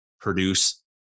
produce